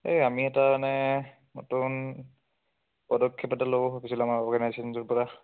এই আমি এটা মানে নতুন পদক্ষেপ ল'ব ভাবিছিলোঁ আমাৰ অৰ্গেনাইজেশ্যনযোৰপৰা